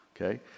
Okay